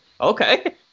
Okay